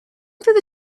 through